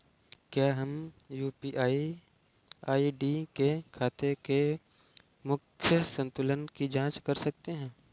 क्या हम UPI ID से खाते के मूख्य संतुलन की जाँच कर सकते हैं?